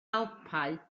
alpau